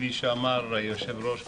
כפי שאמר היושב ראש בפתיחה,